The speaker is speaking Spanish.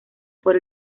por